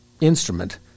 instrument